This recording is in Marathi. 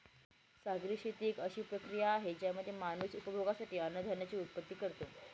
सागरी शेती एक अशी प्रक्रिया आहे ज्यामध्ये माणूस उपभोगासाठी अन्नधान्याची उत्पत्ति करतो